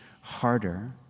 harder